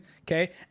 okay